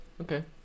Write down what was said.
Okay